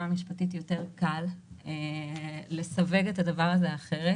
המשפטית קל יותר לסווג את הדבר הזה אחרת,